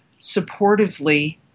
supportively